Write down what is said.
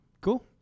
Cool